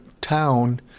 town